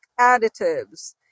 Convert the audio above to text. additives